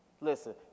listen